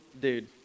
dude